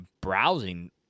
browsing